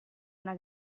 una